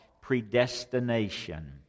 predestination